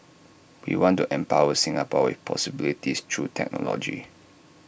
we want to empower Singapore with possibilities through technology